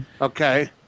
Okay